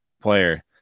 player